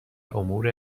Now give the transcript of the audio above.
امور